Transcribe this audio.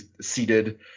seated